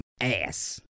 ass